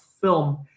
film